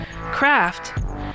craft